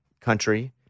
country